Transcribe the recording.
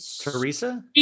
Teresa